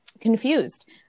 confused